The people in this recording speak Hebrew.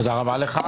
תודה רבה לך.